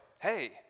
hey